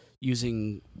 Using